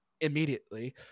immediately